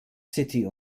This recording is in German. city